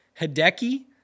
Hideki